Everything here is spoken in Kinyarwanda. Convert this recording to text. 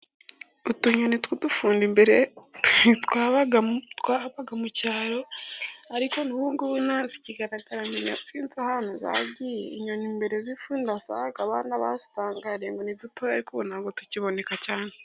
Utunyoni tw'udufundi mbere twabaga mu cyaro, ariko n'ubu ngubu ntabwo zikigaragara, menya sinzi ahantu zagiye. Inyoni mbere z'ifundi zabaga abana bazitangariye ngo ni dutoya, ariko ubu ntabwo tukiboneka cyane.